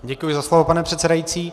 Děkuji za slovo, pane předsedající.